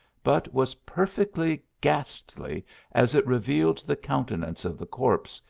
but was perfectly ghastly as it revealed the countenance of the corpse,